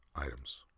Items